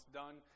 done